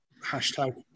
hashtag